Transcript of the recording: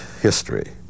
history